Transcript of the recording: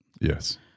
Yes